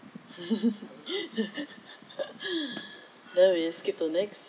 then we skip to next